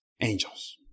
angels